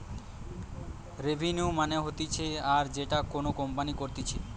revenue মানে হতিছে আয় যেটা কোনো কোম্পানি করতিছে